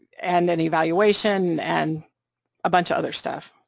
and then evaluation and a bunch of other stuff,